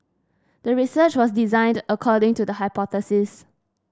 the research was designed according to the hypothesis